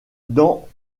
dans